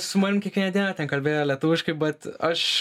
su manim kiekvieną dieną ten kalbėjo lietuviškai bet aš